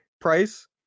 price